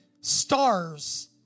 stars